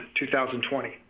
2020